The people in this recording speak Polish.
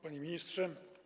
Panie Ministrze!